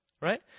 Right